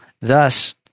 thus